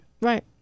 Right